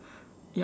yup